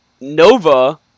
Nova